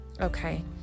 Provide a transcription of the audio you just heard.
Okay